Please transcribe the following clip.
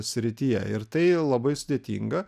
srityje ir tai labai sudėtinga